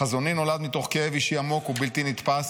"חזוני נולד מתוך כאב אישי עמוק ובלתי נתפס,